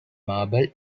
marble